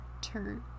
turn